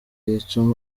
yica